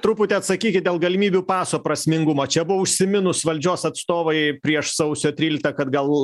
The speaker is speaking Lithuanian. truputį atsakykit dėl galimybių paso prasmingumo čia buvo užsiminus valdžios atstovai prieš sausio tryliktą kad gal